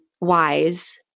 wise